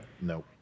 No